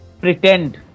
pretend